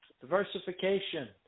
diversification